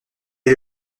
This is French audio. est